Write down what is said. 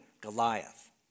Goliath